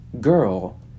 girl